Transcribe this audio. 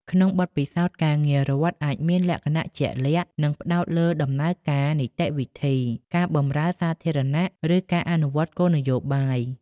ក្នុងបទពិសោធន៍ការងាររដ្ឋអាចមានលក្ខណៈជាក់លាក់ និងផ្តោតលើដំណើរការ នីតិវិធី ការបម្រើសាធារណៈ ឬការអនុវត្តគោលនយោបាយ។